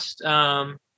last